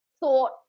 Thought